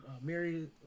Mary